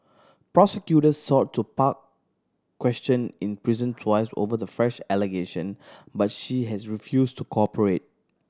prosecutors sought to question in prison twice over the fresh allegation but she has refused to cooperate